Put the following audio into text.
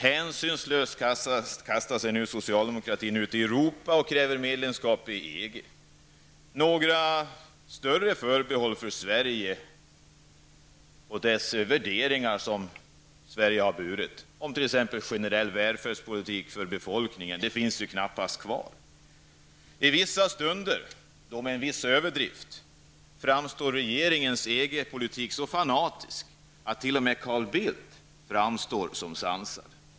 Hänsynslöst kastar sig nu socialdemokratin ut i Europa och kräver medlemskap i EG. Några större förbehåll för Sverige och för de värderingar som Sverige har burit -- t.ex. en generell välfärdspolitik för befolkningen -- finns knappast kvar. I vissa stunder och med en viss överdrift framstår regeringens egen politik som så fanatisk att t.o.m. Carl Bildt framstår som sansad.